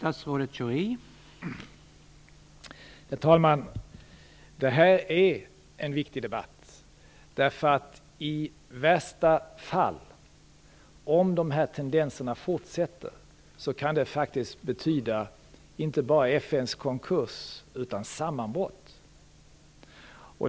Herr talman! Det här är en viktig debatt, därför att i värsta fall, om de här tendenserna fortsätter, kan vi snart få uppleva inte bara FN:s konkurs utan också FN:s sammanbrott.